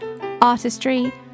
artistry